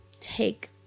take